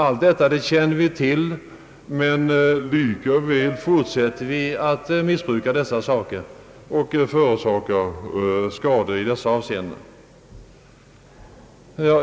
Allt detta känner vi väl till, men vi fortsätter likväl med detta missbruk.